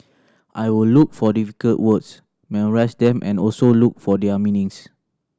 I will look for difficult words memorise them and also look for their meanings